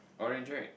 orange right